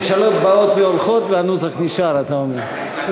ממשלות באות והולכות והנוסח נשאר, אתה אומר.